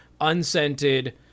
unscented